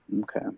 Okay